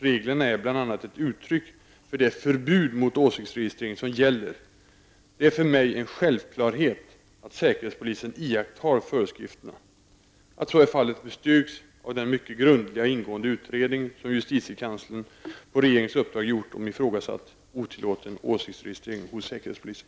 Reglerna är bl.a. ett uttryck för det förbud mot åsiktsregistrering som gäller. Det är för mig en självklarhet att säkerhetspolisen iakttar föreskrifterna. Att så är fallet bestyrks av den mycket grundliga och ingående utredning som justitiekanslern på regeringens uppdrag gjort om ifrågasatt otillåten åsiktsregistrering hos säkerhetspolisen.